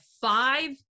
five